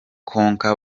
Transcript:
konka